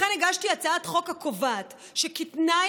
לכן הגשתי הצעת חוק הקובעת שכתנאי